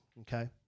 okay